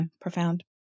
profound